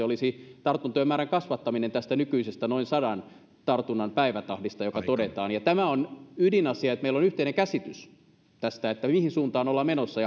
olisi tartuntojen määrän kasvattaminen tästä nykyisestä noin sadan tartunnan päivätahdista mitä todetaan tämä on ydinasia että meillä on yhteinen käsitys tästä mihin suuntaan ollaan menossa